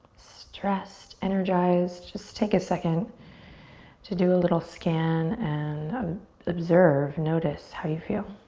stressed, energized, just take a second to do a little scan and um observe, notice how you feel.